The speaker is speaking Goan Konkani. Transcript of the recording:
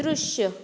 दृश्य